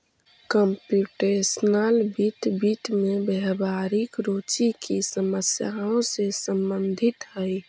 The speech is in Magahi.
कंप्युटेशनल वित्त, वित्त में व्यावहारिक रुचि की समस्याओं से संबंधित हई